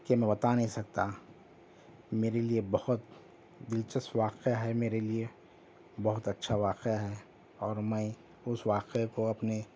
کہ میں بتا نہیں سکتا میرے لیے بہت دلچسپ واقعہ ہے میرے لیے بہت اچھا واقعہ ہے اور میں اس واقعہ کو اپنی